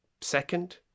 second